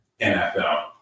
NFL